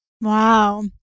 Wow